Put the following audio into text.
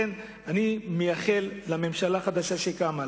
אני מאחל לממשלה החדשה שקמה,